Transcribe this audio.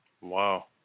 Wow